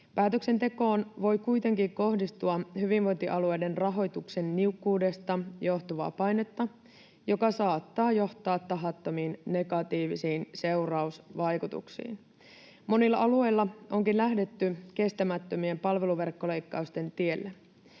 Päätöksentekoon voi kuitenkin kohdistua hyvinvointialueiden rahoituksen niukkuudesta johtuvaa painetta, joka saattaa johtaa tahattomiin negatiivisiin seurausvaikutuksiin. Monilla alueilla onkin lähdetty kestämättömien palveluverkkoleikkausten tielle.